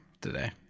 today